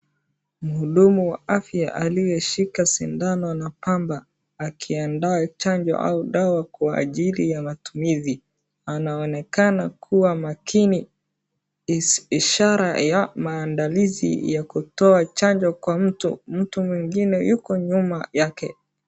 Muhudumu wa afya aliyeshika sindano na kamba akiandaa chanjo au dawa kwa ajili ya matumizi. Anaonekana kuwa makini, ishara ya maandalizi ya kutoa chanjo kwa mtu. Mtu mwingine yuko nyuma yake.